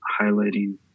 highlighting